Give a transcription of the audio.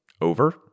over